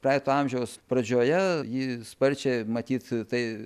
praeito amžiaus pradžioje ji sparčiai matyt tai